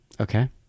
Okay